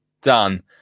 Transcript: done